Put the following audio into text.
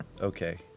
okay